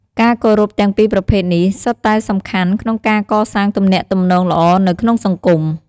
ការគោរពទាំងពីរប្រភេទនេះសុទ្ធតែសំខាន់ក្នុងការកសាងទំនាក់ទំនងល្អនៅក្នុងសង្គម។